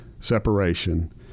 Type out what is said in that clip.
separation